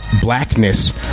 blackness